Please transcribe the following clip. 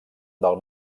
del